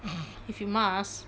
if you must